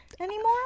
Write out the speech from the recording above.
anymore